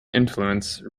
influence